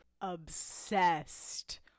Obsessed